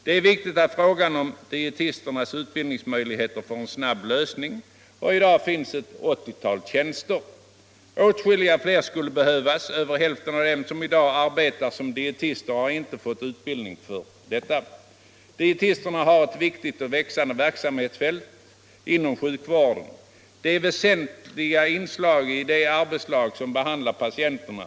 Det är viktigt att frågan om dietisternas utbildningsmöjligheter får en snabb lösning. I dag finns ett 80-tal tjänster. Åtskilligt fler skulle behövas. Över hälften av dem som i dag arbetar som dietister har inte fått utbildning för ändamålet. Dietisterna har ett viktigt och växande verksamhetsfält inom sjukvården. De är ett väsentligt inslag i det arbetslag som behandlar patienterna.